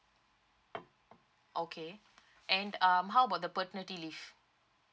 okay and um how about the paternity leave